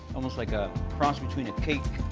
almost like a cross between a cake